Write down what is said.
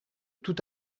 tout